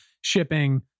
shipping